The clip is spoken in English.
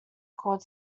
called